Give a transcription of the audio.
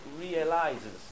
Realizes